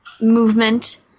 movement